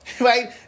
right